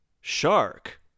shark